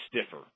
stiffer